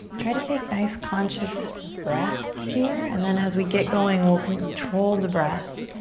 try to take nice, conscious breaths here. and then as we get going we'll control the breath,